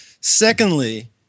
Secondly